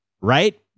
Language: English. right